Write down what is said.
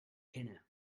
kenne